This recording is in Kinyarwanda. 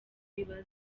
bibaza